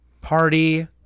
Party